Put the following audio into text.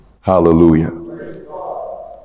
hallelujah